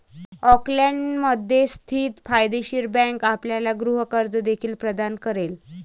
ऑकलंडमध्ये स्थित फायदेशीर बँक आपल्याला गृह कर्ज देखील प्रदान करेल